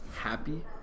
happy